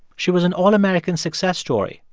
she was an all-american success story,